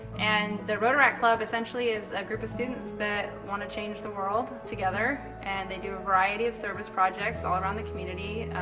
and the rotaract club essentially is a group of students that want to change the world together and they do a variety of service projects all around the community.